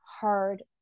hard